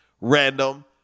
random